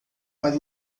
para